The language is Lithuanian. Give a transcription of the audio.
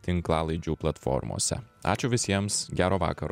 tinklalaidžių platformose ačiū visiems gero vakaro